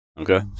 okay